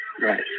right